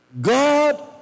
God